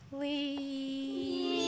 please